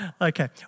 Okay